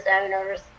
owners